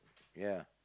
ya